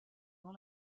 dans